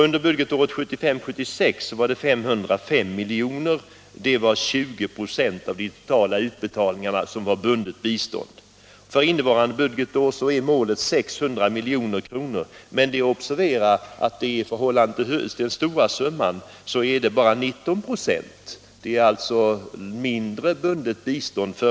Under budgetåret 1975/76 var 505 miljoner, dvs. 20 926 av de totala utbetalningarna, bundet bistånd. För innevarande budgetår är målet 600 milj.kr., men det är att observera att det är i förhållande till den större summan ändå bara 19 96. Det är alltså mindre andel bundet bistånd nu.